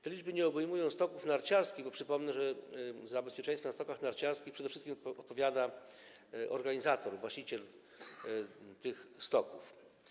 Te liczby nie obejmują stoków narciarskich, bo przypomnę że za bezpieczeństwo na stokach narciarskich przede wszystkim odpowiada właściciel tych stoków.